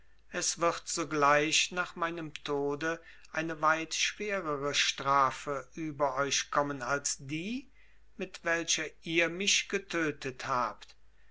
es wird sogleich nach meinem tode eine weit schwerere strafe über euch kommen als die mit welcher ihr mich getötet habt